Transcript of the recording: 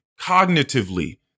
cognitively